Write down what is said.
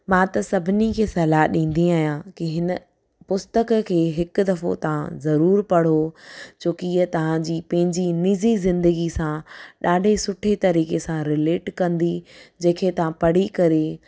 मां त सभिनी खे सलाह ॾींदी आहियां की हिन पुस्तक खे हिकु दफ़ो तव्हां ज़रूरु पढ़ो छोकी हीअ तव्हांजी पंहिंजी निजी ज़िंदगी सां ॾाढे सुठे तरीक़े सां रिलेट कंदी जंहिंखे तव्हां पढ़ी करे